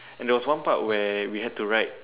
and there was one part where we had to write